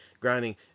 grinding